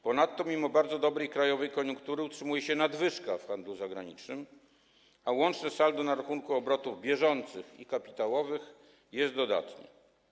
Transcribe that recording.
Ponadto mimo bardzo dobrej krajowej koniunktury utrzymuje się nadwyżka w handlu zagranicznym, a łączne saldo na rachunku obrotów bieżących i kapitałowych jest dodatnie.